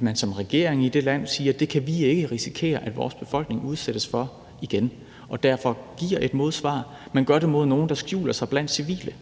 Man siger som regering i det land, at det kan vi ikke risikere at vores befolkning udsættes for igen, og derfor giver man et modsvar. Man gør det mod nogle, der skjuler sig blandt civile,